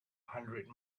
hundred